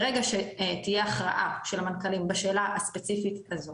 ברגע שתהיה הכרעה של המנכ"לים בשאלה הספציפית הזאת,